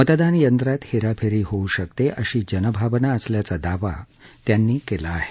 मतदान यंत्रात हेराफेरी होऊ शकते अशी जनभावना असल्याचा दावा त्यांनी केला आहे